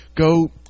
go